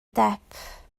depp